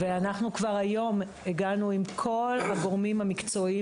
אנחנו כבר היום הגענו עם כל הגורמים המקצועיים